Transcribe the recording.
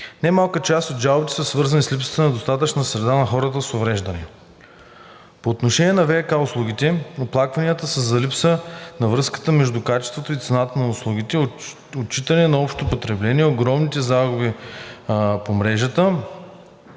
Немалка част от жалбите са свързани с липсата на достъпна среда за хората с увреждания. По отношение на ВиК услугите оплакванията са за липса на връзката между качеството и цената на услугите, отчитане на общото потребление, огромните загуби по мрежата.